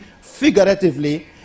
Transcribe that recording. figuratively